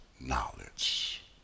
knowledge